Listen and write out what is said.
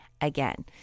again